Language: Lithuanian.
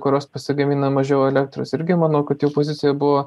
kuros pasigamina mažiau elektros irgi manau kad jų pozicija buvo